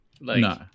No